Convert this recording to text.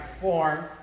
form